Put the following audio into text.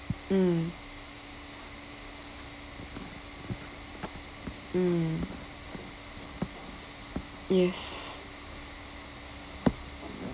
mm mm yes